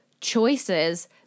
choices